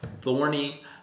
thorny